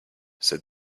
said